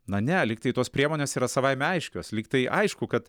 na ne lygtai tos priemonės yra savaime aiškios lyg tai aišku kad